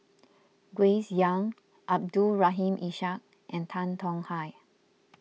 Grace Young Abdul Rahim Ishak and Tan Tong Hye